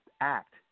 act